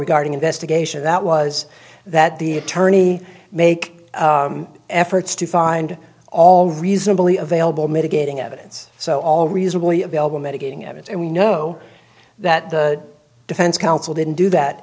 regarding investigation that was that the attorney make efforts to find all reasonably available mitigating evidence so all reasonably available medicating at it and we know that the defense counsel didn't do that